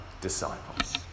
disciples